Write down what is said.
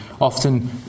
often